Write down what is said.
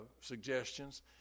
suggestions